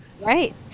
right